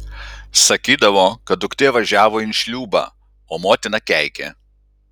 sakydavo kad duktė važiavo in šliūbą o motina keikė